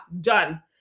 done